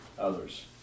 others